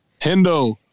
Hendo